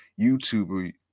YouTuber